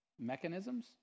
mechanisms